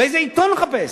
באיזה עיתון לחפש?